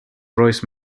royce